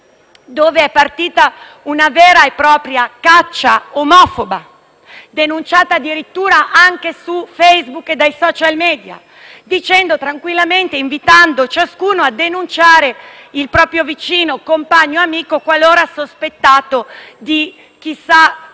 dove è partita una vera e propria caccia omofoba, addirittura anche su Facebook e sui *social media*, invitando ciascuno a denunciare il proprio vicino, compagno o amico qualora sospettato di chissà